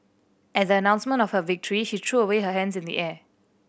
at the announcement of her victory she threw away her hands in the air